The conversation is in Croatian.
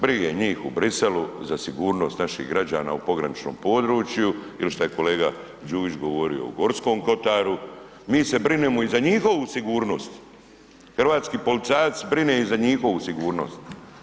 Briga njih u Bruxellesu za sigurnost naših građana u pograničnom području, ili što je kolega Đujić govorio, u Gorskom kotaru, mi se brinemo mi se brinemo i za njihovu sigurnost, hrvatski policajac brine i za njihovu sigurnost.